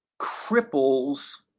cripples